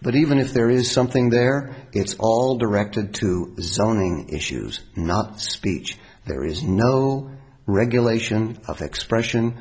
but even if there is something there it's all directed to zoning issues not speech there is no regulation of expression